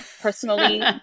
Personally